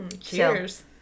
cheers